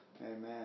Amen